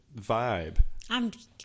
vibe